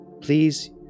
Please